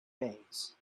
days